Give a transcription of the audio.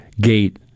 gate